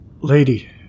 Lady